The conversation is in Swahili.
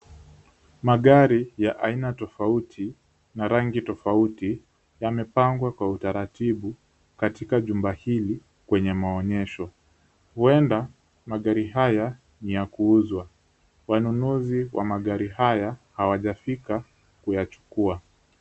Magari ya aina tofauti na rangi tofauti yamepangwa kwa utaratibu katika jumba hili kwenye maonyesho. Huenda magari haya ni ya kuuzwa. Wanunuzi wa magari haya hawajafika kuyachukua.